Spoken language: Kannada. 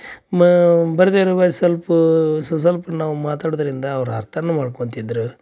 ಮಾ ಬರದೇ ಇರುವ ಸಲ್ಪ ಸಸಲ್ಪ್ ನಾವು ಮಾತಾಡೋದರಿಂದ ಅವ್ರು ಅರ್ಥನೂ ಮಾಡ್ಕೊಂತಿದ್ದರು